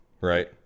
right